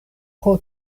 pro